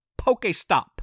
pokestop